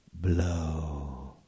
blow